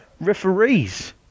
referees